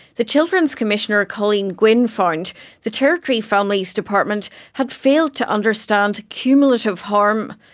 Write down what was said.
the children's commissioner colleen gwynne found the territory families department had failed to understand cumulative harm.